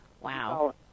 wow